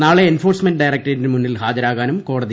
നാളെ എൻഫോഴ്സ്മെന്റ് ഡയറക്ടേറ്റിന് മുന്നിൽ ഹാജരാകാനും കോടതി നിർദ്ദേശം